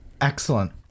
Excellent